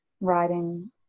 writing